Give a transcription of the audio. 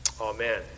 Amen